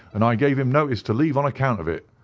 and i gave him notice to leave on account of it.